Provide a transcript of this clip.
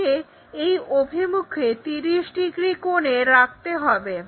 একে এই অভিমুখে 30°কোনে রাখতে হবে